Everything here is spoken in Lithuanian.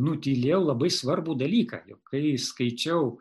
nutylėjau labai svarbų dalyką jog kai skaičiau